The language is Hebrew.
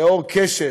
אור קשת,